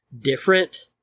different